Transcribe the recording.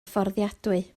fforddiadwy